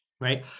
right